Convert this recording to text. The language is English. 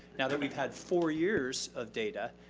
now that we've had four years of data,